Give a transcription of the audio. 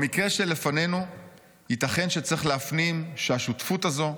במקרה שלפנינו ייתכן שצריך להפנים שהשותפות הזו,